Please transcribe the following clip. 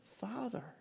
father